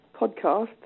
podcast